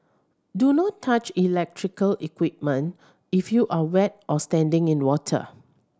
do not touch electrical equipment if you are wet or standing in water